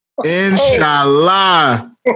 Inshallah